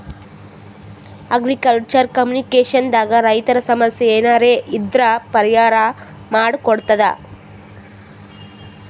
agriculture communication ದಾಗ್ ರೈತರ್ ಸಮಸ್ಯ ಏನರೇ ಇದ್ರ್ ಪರಿಹಾರ್ ಮಾಡ್ ಕೊಡ್ತದ್